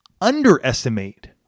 underestimate